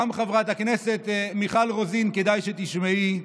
חברת הכנסת מיכל רוזין, כדאי שגם תשמעי.